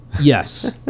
Yes